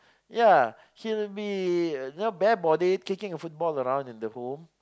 ya he would be you know bare body kicking a football around in the whole